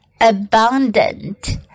abundant